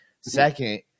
Second